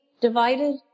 divided